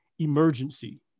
emergency